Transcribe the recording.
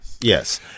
Yes